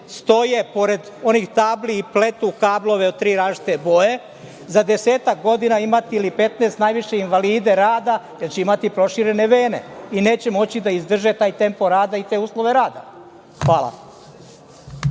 stoje pored onih tabli i pletu kablove u tri različite boje, za desetak godina ili petnaest najviše imati invalide rada, jer će imati proširene vene i neće moći da izdrže taj tempo rada i te uslove rada. Hvala.